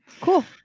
Cool